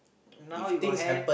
now you got hand